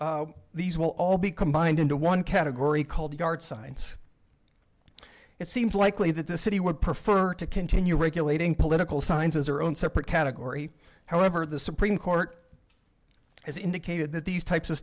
ordinance these will all be combined into one category called the arts science it seems likely that the city would prefer to continue regulating political science as their own separate category however the supreme court has indicated that these types of